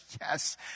yes